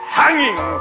hanging